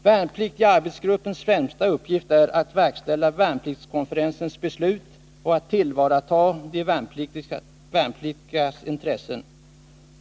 Värnpliktiga Arbetsgruppens främsta uppgift är att verkställa Värnpliktskonferensens beslut om att tillvarata de värnpliktigas intressen.